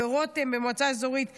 רותם במועצה האזורית גזר.